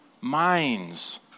minds